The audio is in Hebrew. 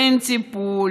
ואין טיפול,